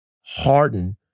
harden